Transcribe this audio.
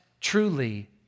truly